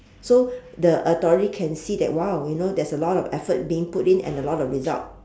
so the authority can see that !wow! you know there's a lot of effort being put in and a lot of result